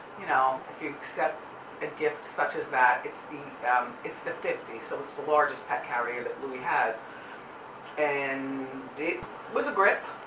you know, if you accept a gift such as that it's the it's the fifty, so it's the largest pet carrier that louis has and it was a grip,